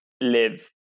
live